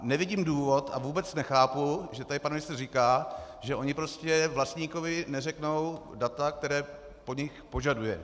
Nevidím důvod a vůbec nechápu, že tady pan ministr říká, že oni prostě vlastníkovi neřeknou data, která po nich požaduje.